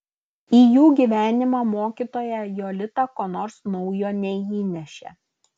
į jų gyvenimą mokytoja jolita ko nors naujo neįnešė